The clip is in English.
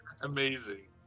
Amazing